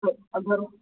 हा अधर्म्